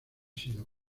sido